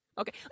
Okay